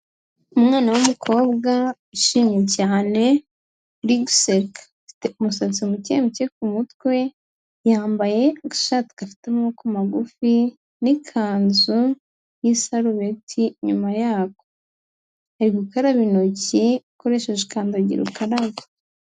Umwana w'umukobwa wishimye cyane uri guseka. Umusatsi mukemuke ku mutwe, yambaye agashati gafite amaboko magufi n'ikanzu n'isarubeti inyuma yako, ari gukaraba intoki akoresheje kandagira ukarabe.